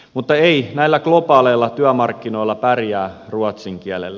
mutta ei näillä globaaleilla työmarkkinoilla pärjää ruotsin kielellä